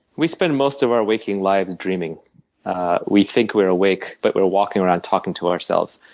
we spend most of our waking lives dreaming we think we're awake but we're walking around talking to ourselves.